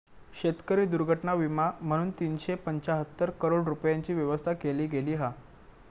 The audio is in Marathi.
शेतकरी दुर्घटना विमा म्हणून तीनशे पंचाहत्तर करोड रूपयांची व्यवस्था केली गेली हा